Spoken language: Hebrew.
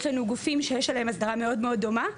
יש לנו גופים שיש עליהם הסדרה מאוד מאוד דומה,